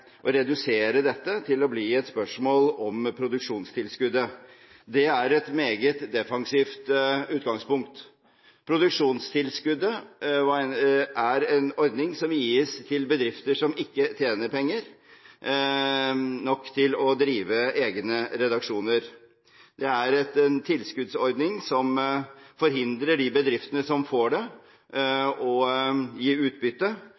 å redusere dette til å bli et spørsmål om produksjonstilskuddet. Det er et meget defensivt utgangspunkt. Produksjonstilskuddet er en ordning som gis til bedrifter som ikke tjener penger nok til å drive egne redaksjoner. Det er en tilskuddsordning som forhindrer de bedriftene som får det, i å gi utbytte.